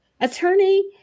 Attorney